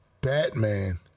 Batman